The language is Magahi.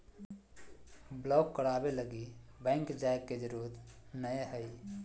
ब्लॉक कराबे लगी बैंक जाय के जरूरत नयय हइ